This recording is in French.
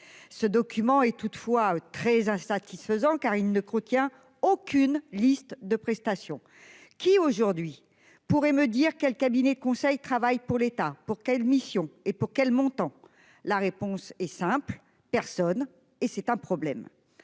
Ce document est toutefois très insatisfaisant car il ne Chretien, aucune liste de prestations qui aujourd'hui pourrait me dire quel cabinet de conseil travaille pour l'État pour quelle mission et pour quel montant. La réponse est simple, personne et c'est un problème.